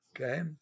Okay